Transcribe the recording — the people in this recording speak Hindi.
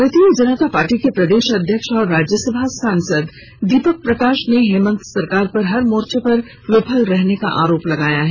भारतीय जनता पार्टी के प्रदेश अध्यक्ष और राज्यसभा सांसद दीपक प्रकाश ने हेमन्त सरकार पर हर मोर्चे पर विफल होने का आरोप लगाया है